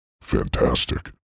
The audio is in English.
Fantastic